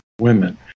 women